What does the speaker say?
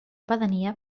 pedania